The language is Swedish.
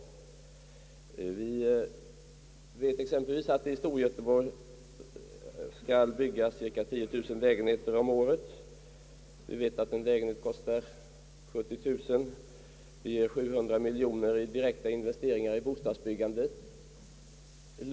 Vi vet exempelvis att det i Storgöteborg skall byggas cirka 10 000 lägenheter om året och att varje lägenhet kostar 70 000 kronor. Det ger 700 miljoner i direkta investeringar i bostadsbyg gande.